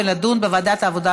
ולדון בוועדת העבודה,